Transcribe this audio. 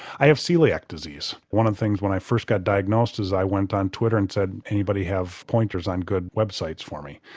i have celiac disease, one of the things when i first got diagnosed is i went on twitter and said anybody have pointers on good websites for me?